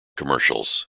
commercials